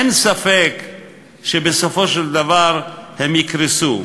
אין ספק שבסופו של דבר הם יקרסו,